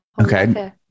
Okay